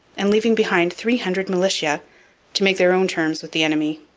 and leaving behind three hundred militia to make their own terms with the enemy.